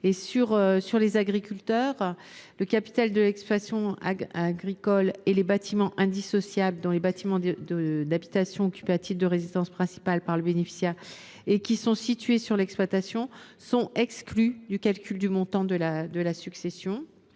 pour les agriculteurs, le capital d’exploitation agricole et les bâtiments indissociables, dont les bâtiments d’habitation occupés à titre de résidence principale par le bénéficiaire et qui sont situés sur l’exploitation, sont exclus du calcul du montant de la succession.